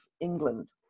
England